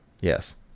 yes